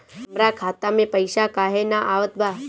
हमरा खाता में पइसा काहे ना आवत बा?